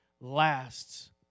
lasts